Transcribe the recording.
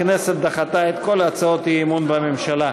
הכנסת דחתה את כל הצעות האי-אמון בממשלה.